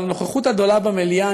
אבל הנוכחות הדלה במליאה,